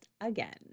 again